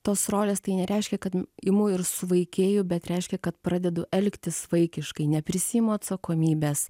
tos rolės tai nereiškia kad imu ir suvaikėju bet reiškia kad pradedu elgtis vaikiškai neprisiimu atsakomybės